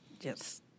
yes